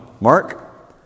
Mark